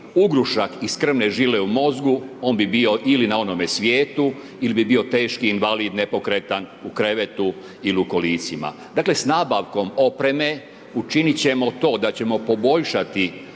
ugrušak iz krvne žile u mozgu on bi bio, ili na onome svijetu, ili bi bio teški invalid, nepokretan, u krevetu ili u kolicima. Dakle s nabavkom opreme učinit ćemo to da ćemo poboljšati